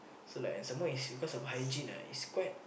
so like and some more is cause of hygiene ah it's quite